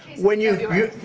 when you.